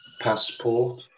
passport